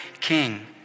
king